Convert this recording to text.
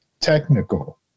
technical